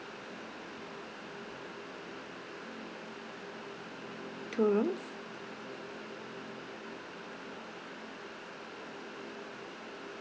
two rooms